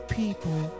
people